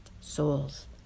souls